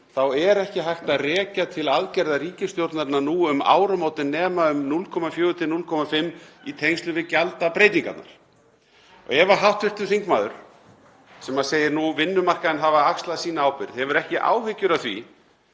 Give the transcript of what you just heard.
er ekki hægt að rekja til aðgerða ríkisstjórnarinnar nú um áramótin nema um 0,4–0,5% í tengslum við gjaldabreytingarnar. Ef hv. þingmaður, sem segir nú vinnumarkaðinn hafa axlað sína ábyrgð, hefur ekki áhyggjur af því